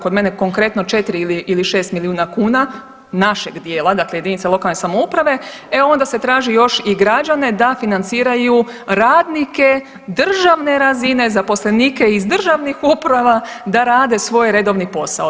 Kod mene konkretno 4 ili 6 milijuna kuna našeg dijela, znači jedinica lokalne samouprave e onda se traži još i građane da financiraju radnike državne razine, zaposlenike iz državnih uprava da rade svoj redovni posao.